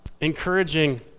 encouraging